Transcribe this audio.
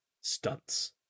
stunts